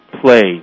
play